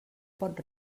pot